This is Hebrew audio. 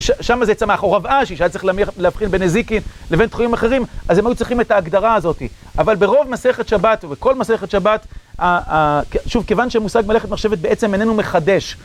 שם זה צמח, או רב אשי, שהיה צריך להבחין בין נזיקין לבין תחומים אחרים, אז הם היו צריכים את ההגדרה הזאתי. אבל ברוב מסכת שבת, ובכל מסכת שבת, שוב, כיוון שמושג מלאכת מחשבת בעצם איננו מחדש